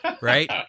Right